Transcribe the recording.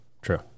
true